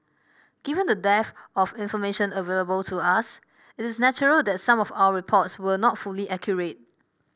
given the dearth of information available to us it is natural that some of our reports were not fully accurate